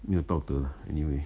没有道德 anyway